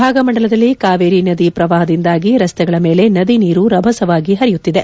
ಭಾಗಮಂಡಲದಲ್ಲಿ ಕಾವೇರಿ ನದಿ ಪ್ರವಾಹದಿಂದಾಗಿ ರಸ್ತೆಗಳ ಮೇಲೆ ನದಿ ನೀರು ರಭಸವಾಗಿ ಹರಿಯುತ್ತಿದೆ